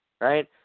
Right